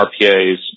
RPA's